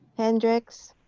hendricks,